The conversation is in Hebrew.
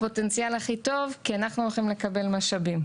בפוטנציאל הכי טוב, כי אנחנו הולכים לקבל משאבים.